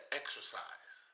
exercise